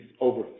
over